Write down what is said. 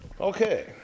Okay